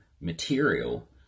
material